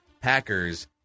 Packers